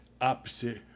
opposite